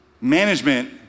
management